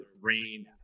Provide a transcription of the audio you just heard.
rain